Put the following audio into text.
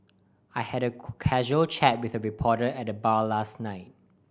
I had a casual chat with a reporter at the bar last night